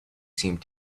seemed